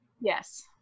Yes